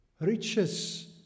Riches